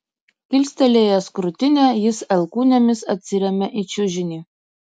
kilstelėjęs krūtinę jis alkūnėmis atsiremia į čiužinį